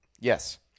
Yes